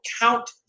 count